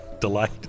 delight